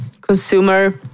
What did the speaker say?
consumer